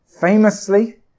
famously